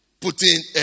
Putting